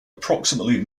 approximately